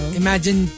imagine